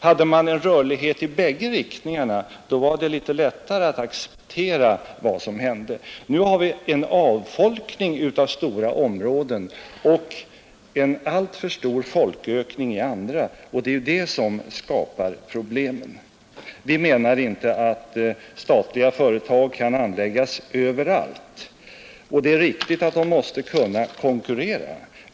Hade man en rörlighet i bägge riktningarna, vore det litet lättare att acceptera vad som hände. Nu har vi en avfolkning av stora områden och en alltför stor folkökning i andra, och det är ju det som skapar problemen, Vi menar inte att statliga företag kan anläggas överallt, och det är riktigt att de måste kunna konkurrera.